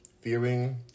fearing